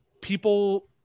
people –